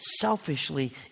selfishly